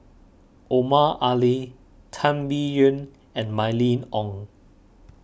Omar Ali Tan Biyun and Mylene Ong